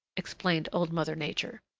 explained old mother nature.